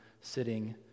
sitting